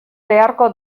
beharko